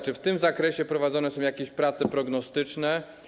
Czy w tym zakresie prowadzone są jakieś prace prognostyczne?